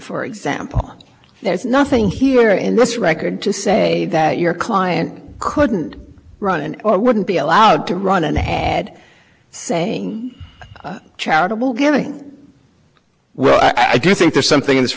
for example there's nothing here in this record to say that your client couldn't run or wouldn't be allowed to run an ad saying charitable giving well i do think there's something in this